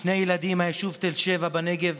שני ילדים מהיישוב תל שבע בנגב